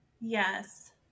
yes